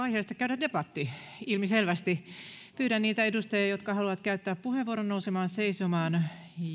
aiheesta käydä debatti ilmiselvästi pyydän niitä edustajia jotka haluavat käyttää puheenvuoron nousemaan seisomaan